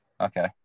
Okay